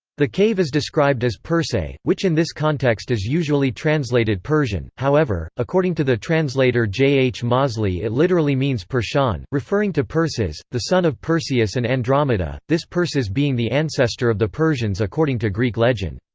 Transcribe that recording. the cave is described as persei, which in this context is usually translated persian however, according to the translator j. h. mozley it literally means persean, referring to perses, the son of perseus and andromeda, this perses being the ancestor of the persians according to greek legend.